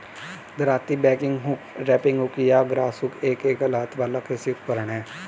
दरांती, bagging hook, reaping hook या grass hook एक एकल हाथ वाला कृषि उपकरण है